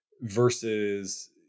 versus